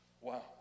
Wow